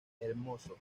hermoso